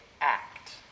act